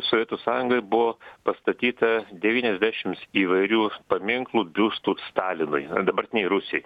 sovietų sąjungoj buvo pastatyta devyniasdešimts įvairių paminklų biustų stalinui dabartinėj rusijoj